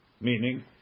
Meaning